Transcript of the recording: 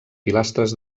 pilastres